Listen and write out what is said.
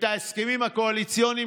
ההצעה שלנו,